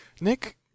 Nick